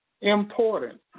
important